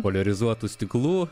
poliarizuotų stiklų